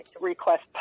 request